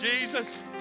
Jesus